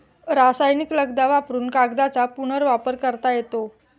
रासायनिक लगदा वापरुन कागदाचा पुनर्वापर करता येतो